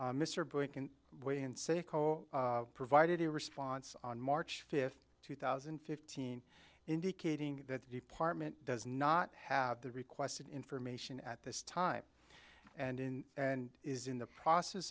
it provided a response on march fifth two thousand and fifteen indicating that department does not have the requested information at this time and in and is in the process